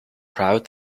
proud